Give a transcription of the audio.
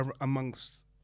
amongst